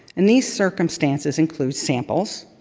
and these circumstances include samples,